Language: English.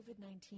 COVID-19